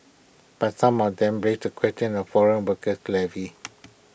but some of them raise the question of foreign workers levies